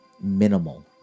minimal